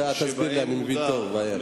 אני מבין טוב מאוד.